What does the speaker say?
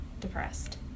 depressed